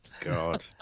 God